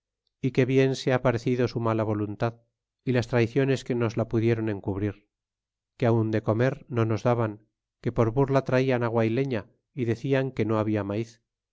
é que bien se ha parecido su mala voluntad y las traiciones que nos la pudieron encubrir que aun de comer no nos daban que por burla traían agua y leña y decian que no habla maiz